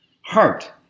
Heart